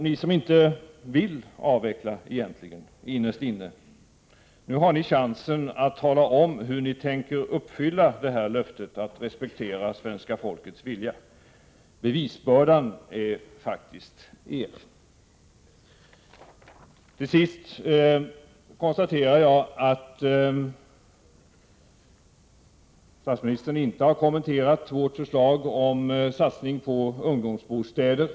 Ni som innerst inne egentligen inte vill avveckla har nu chansen att tala om hur ni tänker uppfylla löftet att respektera svenska folkets vilja. Bevisbördan vilar faktiskt på er. Jag konstaterar att statsministern inte har kommenterat vårt förslag om satsning på ungdomsbostäder.